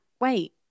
wait